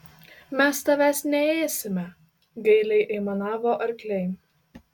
mes tavęs neėsime gailiai aimanavo arkliai